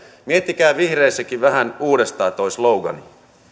miettikää vihreissäkin vähän uudestaan tuo slogan